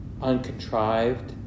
uncontrived